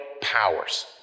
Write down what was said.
powers